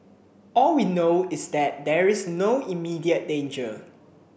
all we know is that there is no immediate danger